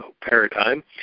paradigm